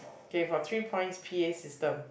K for three point P_A system